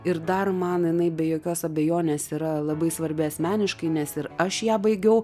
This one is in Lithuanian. ir dar man jinai be jokios abejonės yra labai svarbi asmeniškai nes ir aš ją baigiau